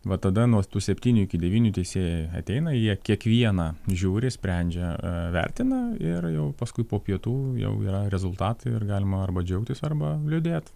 vat tada nuo tų septynių iki devynių teisėjai ateina jie kiekvieną žiūri sprendžia vertina ir jau paskui po pietų jau yra rezultatai ir galima arba džiaugtis arba liūdėt